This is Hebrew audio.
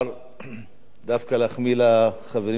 דווקא להחמיא לחברים שלך בקדימה.